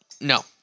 no